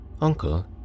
Uncle